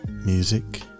music